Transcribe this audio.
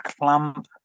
Clamp